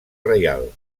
reial